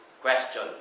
Question